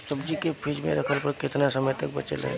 सब्जी के फिज में रखला पर केतना समय तक बचल रहेला?